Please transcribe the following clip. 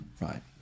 Right